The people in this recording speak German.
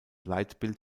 leitbild